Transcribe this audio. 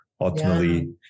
ultimately